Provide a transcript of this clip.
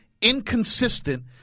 inconsistent